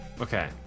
Okay